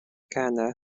canna